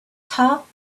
top